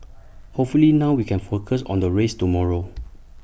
hopefully now we can focus on the race tomorrow